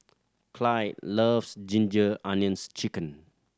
Clide loves Ginger Onions Chicken